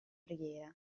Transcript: preghiera